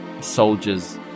soldier's